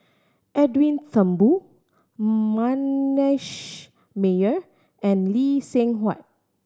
Edwin Thumboo Manasseh Meyer and Lee Seng Huat